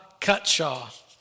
Cutshaw